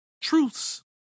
truths